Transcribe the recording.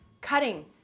cutting